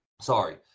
Sorry